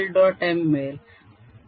m मिळेल